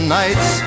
nights